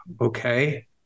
okay